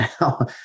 now